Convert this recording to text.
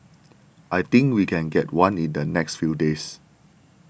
I think we can get one in the next few days